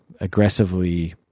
aggressively